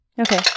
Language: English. Okay